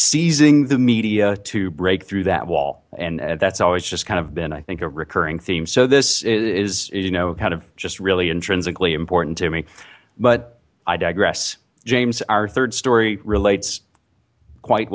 seizing the media to break through that wall and that's always just kind of been i think a recurring theme so this is just really intrinsically important to me but i digress james our third story relates quite